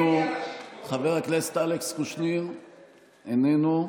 חבר הכנסת יעקב מרגי, איננו,